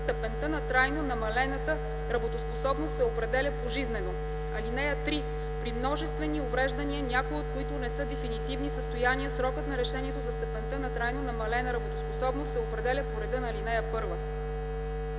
степента на трайно намалена работоспособност се определя пожизнено. (3) При множествени увреждания, някои от които не са дефинитивни състояния, срокът на решението за степента на трайно намалена работоспособност се определя по реда на ал. 1.”